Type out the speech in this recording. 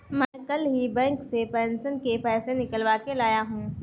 मैं कल ही बैंक से पेंशन के पैसे निकलवा के लाया हूँ